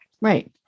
Right